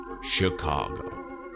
Chicago